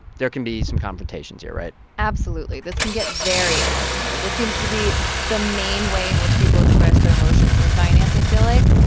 there can be some confrontations here, right? absolutely. this can get very emotional. this seems to be the main way in which people express their emotions in finance, i feel like,